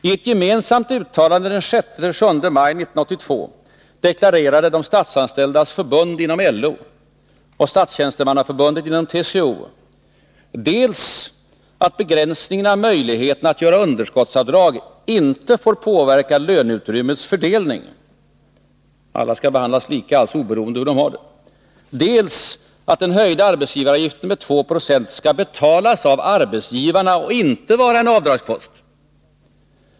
I ett gemensamt uttalande den 6-7 maj 1982 deklarerade Statsanställdas förbund inom LO och Statstjänstemannaförbundet inom TCO dels att begränsningen av möjligheterna att göra underskottsavdrag inte får påverka löneutrymmets fördelning — alla skall behandlas lika helt oberoende av hur de har det —, dels att den med 296 höjda arbetsgivaravgiften skall betalas av arbetsgivarna och inte vara en avdragspost.